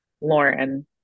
Lauren